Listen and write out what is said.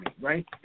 right